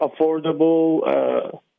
affordable